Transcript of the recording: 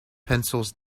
pencils